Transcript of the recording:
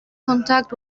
contract